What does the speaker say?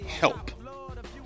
help